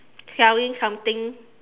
selling something